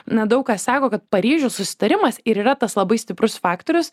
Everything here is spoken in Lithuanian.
na daug kas sako kad paryžiaus susitarimas ir yra tas labai stiprus faktorius